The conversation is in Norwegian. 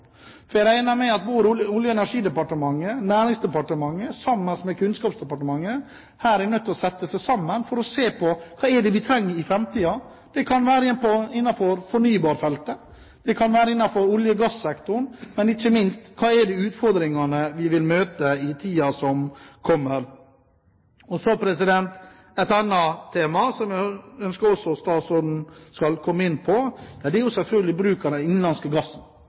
Jeg regner med at både Olje- og energidepartementet, Næringsdepartementet og Kunnskapsdepartementet her er nødt til å sette seg sammen for å se på hva vi trenger for framtiden. Det kan være innenfor fornybarfeltet. Det kan være innenfor olje–gass-sektoren. Men ikke minst: Hvilke utfordringer er det vi vil møte i tiden som kommer? Så er det et annet tema som jeg også ønsker at statsråden skal komme inn på. Det er selvfølgelig bruk av den innenlandske gassen,